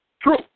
True